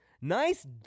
nice